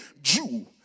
Jew